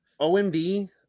omd